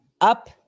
up